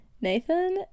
Nathan